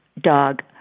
dog